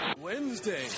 Wednesday